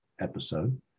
episode